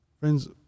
Friends